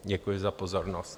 Děkuji za pozornost.